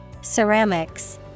Ceramics